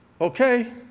okay